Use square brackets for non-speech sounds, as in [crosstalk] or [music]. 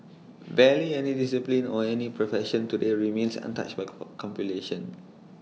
barely any discipline or any profession today remains untouched by [noise] computation